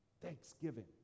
Thanksgiving